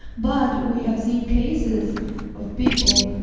but we have seen cases of people,